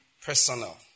personal